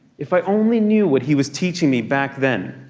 if i only knew what he was teaching me back then.